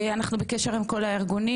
אנחנו בקשר עם כל הארגונים.